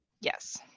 yes